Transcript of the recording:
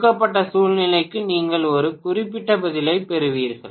கொடுக்கப்பட்ட சூழ்நிலைக்கு நீங்கள் ஒரு குறிப்பிட்ட பதிலைப் பெறுவீர்கள்